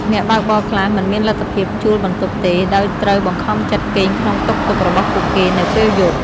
អ្នកបើកបរខ្លះមិនមានលទ្ធភាពជួលបន្ទប់ទេ ដោយត្រូវបង្ខំចិត្តគេងក្នុងតុកតុករបស់ពួកគេនៅពេលយប់។